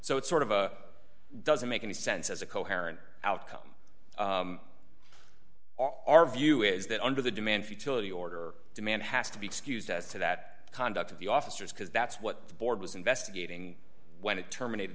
so it's sort of a doesn't make any sense as a coherent outcome our view is that under the demand futility order demand has to be excused as to that conduct of the officers because that's what the board was investigating when it terminat